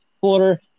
quarter